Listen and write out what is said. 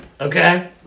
Okay